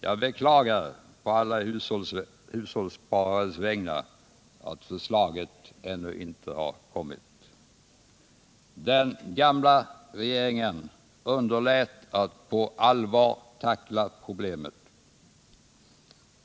Jag beklagar på alla hushållssparares vägnar att förslag ännu inte kommit. Den gamla regeringen underlät att på allvar tackla problemet.